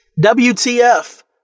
WTF